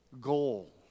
goal